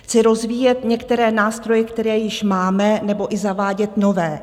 Chci rozvíjet některé nástroje, které již máme, nebo i zavádět nové.